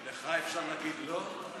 לך אפשר להגיד לא?